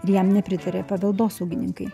ir jam nepritarė paveldosaugininkai